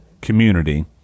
community